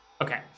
Okay